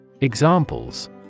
Examples